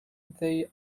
they